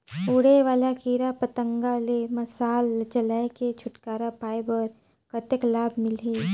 उड़े वाला कीरा पतंगा ले मशाल जलाय के छुटकारा पाय बर कतेक लाभ मिलही?